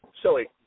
Silly